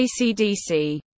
ACDC